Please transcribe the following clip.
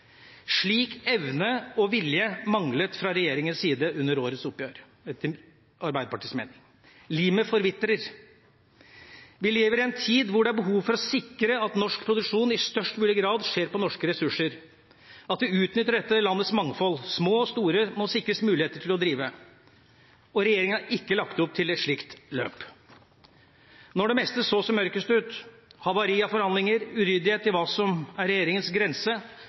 slik evne og vilje fra regjeringas side under årets oppgjør. Limet forvitrer. Vi lever i en tid hvor det er behov for å sikre at norsk produksjon i størst mulig grad skjer på norske ressurser, at vi utnytter dette landets mangfold. Små og store må sikres muligheter til å drive, og regjeringa har ikke lagt opp til et slikt løp. Jeg finner absolutt grunn til å gi både Kristelig Folkeparti og Venstre honnør for at de sto på og bragte resultatet i riktig retning når det meste så som